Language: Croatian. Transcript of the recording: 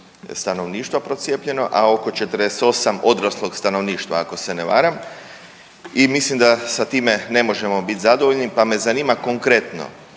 stanovništva procijepljeno, a oko 48 odraslog stanovništva ako se ne varam i mislim da sa time ne može biti zadovoljni pa me zanima konkretno